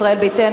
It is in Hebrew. ישראל ביתנו,